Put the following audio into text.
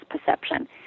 perception